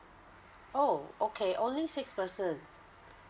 oh okay only six person